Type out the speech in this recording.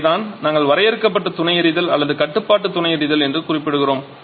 அதைத்தான் நாங்கள் வரையறுக்கப்பட்ட துணை எரிதல் அல்லது கட்டுப்பாட்டு துணை எரிதல் என்று குறிப்பிடுகிறோம்